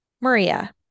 Maria